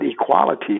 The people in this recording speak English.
equality